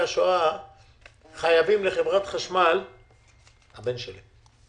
השואה חייבים לחברת החשמל כמיליון שקלים.